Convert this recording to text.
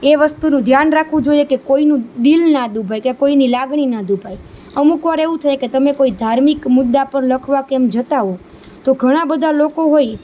એ વસ્તુનું ધ્યાન રાખવુ જોઈએ કે કોઈનું દિલ ના દુભાય કે કોઈની લાગણી ના દુભાય અમુક વાર એવું થાય કે તમે કોઈ ધાર્મિક મુદ્દા પર લખવા જતાં હો તો ઘણા બધા લોકો હોય